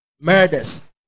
murders